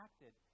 acted